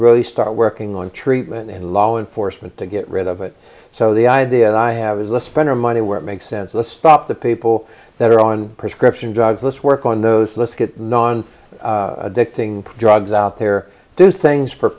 start working on treatment and law enforcement to get rid of it so the idea i have is less spend our money where it makes sense let's stop the people that are on prescription drug let's work on those let's get non addicting drugs out there do things for